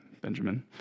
Benjamin